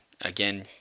again